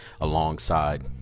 alongside